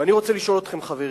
ואני רוצה לשאול אתכם, חברים,